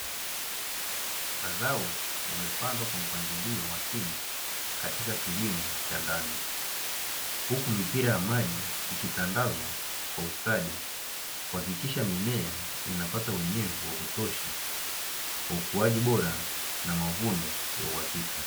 Mazao yamepandwa kwa mpangilio makini katika kilimo cha ndani, huku mipira ya maji ikitandazwa kwa ustadi kuhakikisha mimea inapata unyevu wa kutosha kwa ukuaji bora na mavuno ya uhakika.